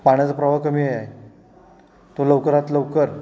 पाण्याचा प्रवाह कमी आहे तो लवकरात लवकर